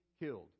killed